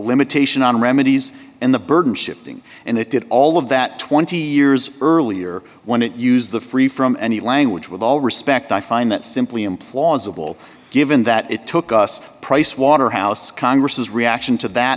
limitation on remedies and the burden shifting and they did all of that twenty years earlier when it use the free from any language with all respect i find that simply implausible given that it took us pricewaterhouse congress is reaction to that